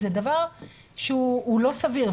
זה דבר שהוא לא סביר.